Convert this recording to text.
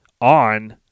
on